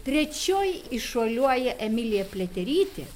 trečioji įšuoliuoja emilija pliaterytė